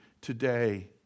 today